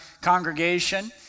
congregation